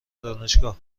دانشگاه